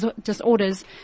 disorders